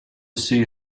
see